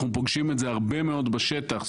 אנחנו פוגשים את זה הרבה מאוד בשטח.